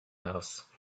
house